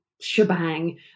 shebang